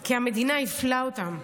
כי המדינה הפלתה אותם.